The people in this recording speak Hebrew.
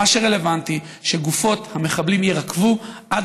מה שרלוונטי זה שגופות המחבלים יירקבו עד